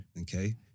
Okay